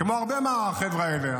כמו הרבה מהחבר'ה האלה.